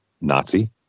Nazi